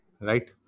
right